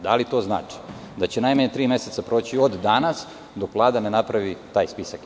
Da li to znači da će najmanje tri meseca proći od danasdok Vlada ne napravi taj spisak?